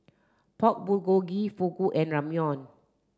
Pork Bulgogi Fugu and Ramyeon